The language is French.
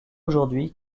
aujourd’hui